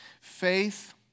Faith